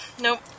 Nope